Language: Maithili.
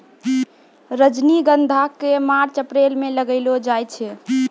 रजनीगंधा क मार्च अप्रैल म लगैलो जाय छै